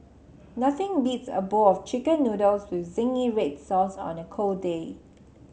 nothing beats a bowl of chicken noodles with zingy red sauce on a cold day